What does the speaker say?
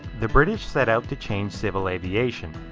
the british set out to change civil aviation.